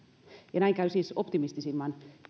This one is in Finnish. näin käy siis optimistisimman